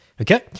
Okay